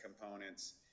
components